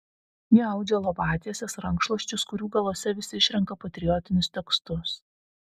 ji audžia lovatieses rankšluosčius kurių galuose vis išrenka patriotinius tekstus